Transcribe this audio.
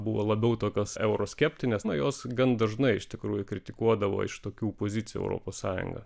buvo labiau tokios euroskeptinės nuo jos gan dažnai iš tikrųjų kritikuodavo iš tokių pozicijų europos sąjungą